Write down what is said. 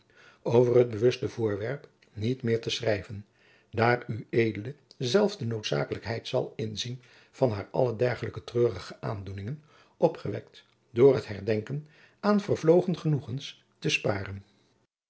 over het bewuste onderwerp niet meer te schrijven daar ued zelf de noodzakelijkheid zal inzien van haar alle dergelijke treurige aandoeningen opgewekt door het herdenken aan vervlogen genoegens te sparen